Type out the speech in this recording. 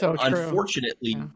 unfortunately